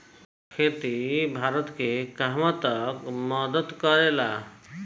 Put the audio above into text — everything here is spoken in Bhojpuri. खेती भारत के कहवा तक मदत करे ला?